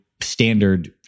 standard